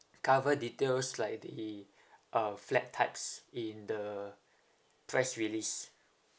cover details like the um flat types in the press release